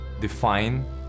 define